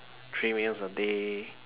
three meals a day